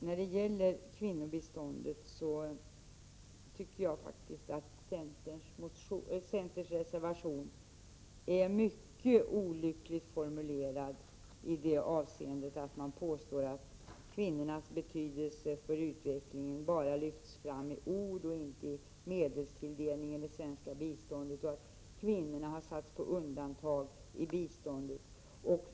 När det gäller kvinnobiståndet tycker jag faktiskt att centerns reservation är mycket olyckligt formulerad. Man påstår där att kvinnornas betydelse för utvecklingen bara har lyfts fram i ord och inte i medelstilldelning i det svenska biståndet och att kvinnorna har satts på undantag i biståndet.